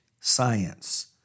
science